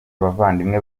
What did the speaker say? abavandimwe